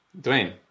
Duane